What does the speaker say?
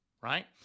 right